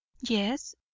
yes